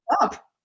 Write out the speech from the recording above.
up